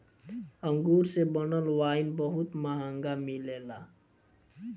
अंगूर से बनल वाइन बहुत महंगा मिलेला